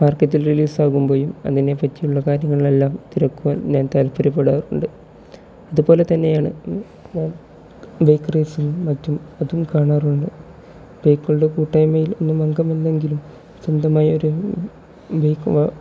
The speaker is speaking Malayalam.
മാർക്കറ്റിൽ റിലീസ് ആകുമ്പോഴും അതിനെപ്പറ്റിയുള്ള കാര്യങ്ങളെല്ലാം തിരക്കുവാൻ ഞാൻ താൽപര്യപ്പെടാറുണ്ട് അതുപോലെ തന്നെയാണ് ബൈക്ക് റേസും മറ്റും അതും കാണാറുണ്ട് ബൈക്കുകളുടെ കൂട്ടായ്മയിൽ ഒന്നും അംഗമല്ലെങ്കിലും സ്വന്തമായൊരു ബൈക്ക്